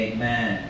Amen